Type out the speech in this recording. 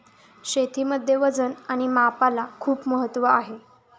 शेतीमध्ये वजन आणि मापाला खूप महत्त्व आहे